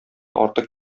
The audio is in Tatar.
артык